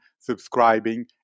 subscribing